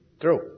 True